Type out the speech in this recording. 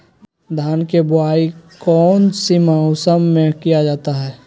धान के बोआई कौन सी मौसम में किया जाता है?